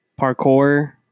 parkour